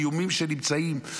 האיומים שנמצאים,